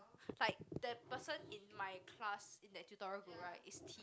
like that person in my class in that tutorial group right is T